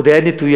עוד היד נטויה.